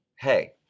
Hey